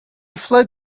fled